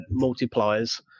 multipliers